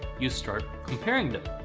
you start comparing them.